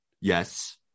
Yes